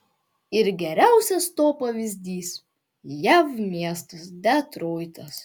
ir geriausias to pavyzdys jav miestas detroitas